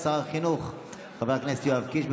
שר החינוך יואב קיש,